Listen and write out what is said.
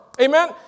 Amen